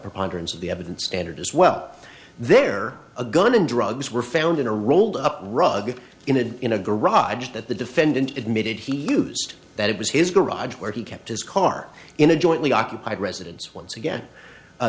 preponderance of the evidence standard as well there a gun and drugs were found in a rolled up rug in a in a garage i just that the defendant admitted he used that it was his garage where he kept his car in a jointly occupied residence once again